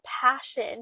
passion